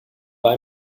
war